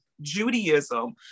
Judaism